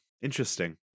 Interesting